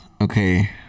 okay